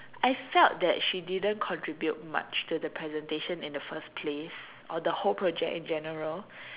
I felt that she didn't contribute much to the presentation in the first place or the whole project in general